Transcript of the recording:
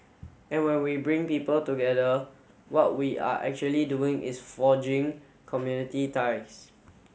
and when we bring people together what we are actually doing is forging community ties